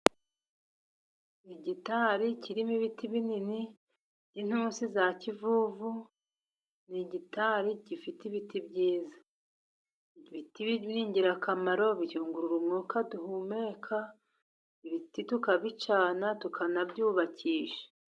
Igitari kirimo ibiti binini by'intusi za kivuvu ,ni igitari gifite ibiti byiza. Ibiti ni ingirakamaro, biyungura umwuka duhumeka, ibiti tukabicana, tukanabyubakisha.